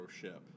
ship